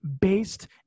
based